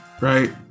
right